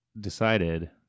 decided